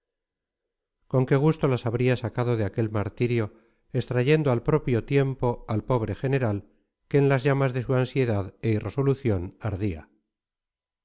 con qué gusto las habría sacado de aquel martirio extrayendo al propio tiempo al pobre general que en las llamas de su ansiedad e irresolución ardía